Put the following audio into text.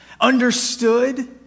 understood